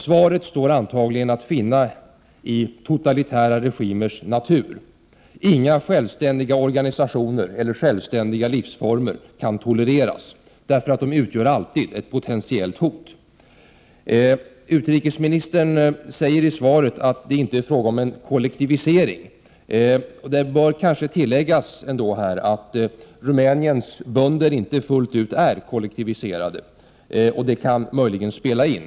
Svaret står antagligen att finna i totalitära regimers natur. Inga självständiga organisationer eller självständiga livsformer kan tolereras — de utgör alltid ett potentiellt hot. Utrikesministern säger i svaret att det inte är fråga om en kollektivisering. Det bör kanske ändå tilläggas att Rumäniens bönder inte fullt ut är kollektiviserade, och det kan möjligen spela in.